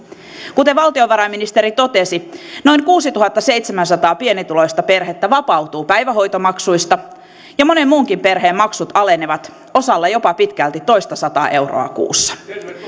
kuten valtiovarainministeri totesi noin kuusituhattaseitsemänsataa pienituloista perhettä vapautuu päivähoitomaksuista ja monen muunkin perheen maksut alenevat osalla jopa pitkälti toista sataa euroa kuussa